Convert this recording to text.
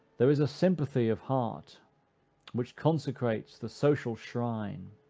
there is a sympathy of heart which consecrates the social shrine,